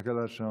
תסתכל על השעון.